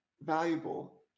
valuable